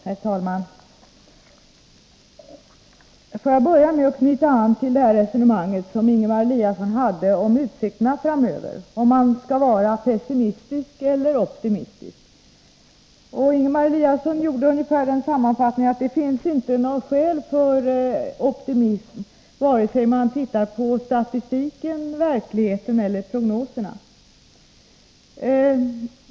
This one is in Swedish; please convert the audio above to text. Herr talman! Får jag börja med att knyta an till Ingemar Eliassons resonemang om utsikterna framöver — om man skall vara pessimistisk eller optimistisk. Ingemar Eliasson gjorde ungefär den sammanfattningen att det inte finns något skäl för optimism vare sig om man ser på statistiken, på verkligheten eller på prognoserna.